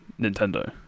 Nintendo